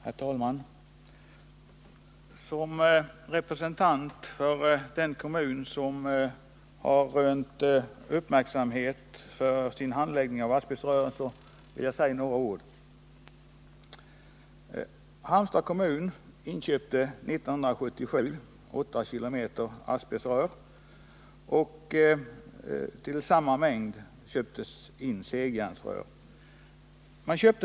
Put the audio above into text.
Herr talman! Som representant för den kommun som har rönt uppmärksamhet för sin handläggning av frågan om asbestcementrör vill jag säga några ord. År 1977 inköpte Halmstads kommun 8 km asbestcementrör. I samma mängd inköptes segjärnsrör.